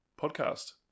podcast